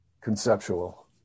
conceptual